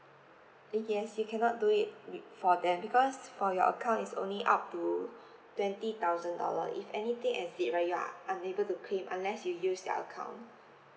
yes you cannot do it wit~ for them because for your account is only up to twenty thousand dollar if anything exceed right you're unable to claim unless you use their account